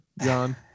john